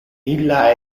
illa